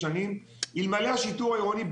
אלמלא השיטור העירוני,